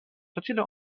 facile